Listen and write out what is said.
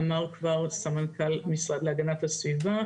אמר כבר סמנכ"ל המשרד להגנת הסביבה.